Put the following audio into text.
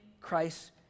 Christ